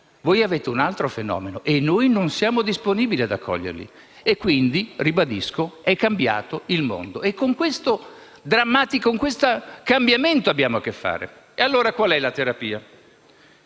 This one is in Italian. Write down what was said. voi avete un altro fenomeno e noi non siamo disponibili ad accoglierli. Quindi, ribadisco, è cambiato il mondo e con questo drammatico cambiamento abbiamo a che fare. Qual è allora la terapia?